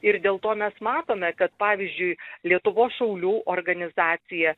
ir dėl to mes matome kad pavyzdžiui lietuvos šaulių organizacija